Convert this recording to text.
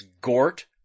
Gort